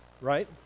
right